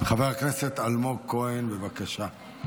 חבר הכנסת אלמוג כהן, בבקשה.